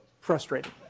frustrating